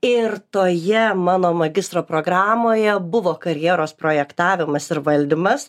ir toje mano magistro programoje buvo karjeros projektavimas ir valdymas